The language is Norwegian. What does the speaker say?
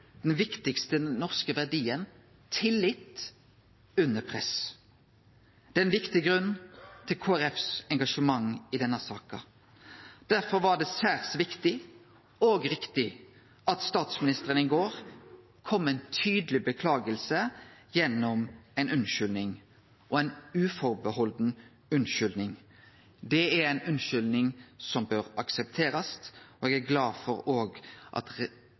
den viktigaste norske verdien, tillit, under press. Det er ein viktig grunn til Kristeleg Folkepartis engasjement i denne saka. Derfor var det særs viktig, og riktig, at statsministeren i går beklaga tydeleg gjennom ei unnskyldning – ei unnskyldning utan atterhald. Det er ei unnskyldning som bør aksepterast, og eg er glad for at